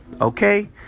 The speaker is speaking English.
okay